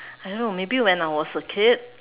I don't know maybe when I was a kid